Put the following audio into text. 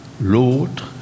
l'autre